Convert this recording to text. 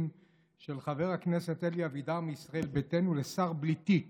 של חבר הכנסת אלי אבידר מישראל ביתנו לשר בלי תיק